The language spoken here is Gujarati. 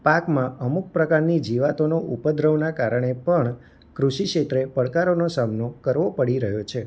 પાકમાં અમુક પ્રકારની જીવાતોનો ઉપદ્રવનાં કારણે પણ કૃષિ ક્ષેત્રે પડકારોનો સામનો કરવો પડી રહ્યો છે